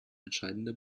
entscheidender